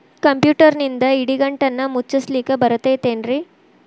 ಕಂಪ್ಯೂಟರ್ನಿಂದ್ ಇಡಿಗಂಟನ್ನ ಮುಚ್ಚಸ್ಲಿಕ್ಕೆ ಬರತೈತೇನ್ರೇ?